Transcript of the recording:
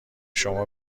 شما